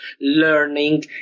learning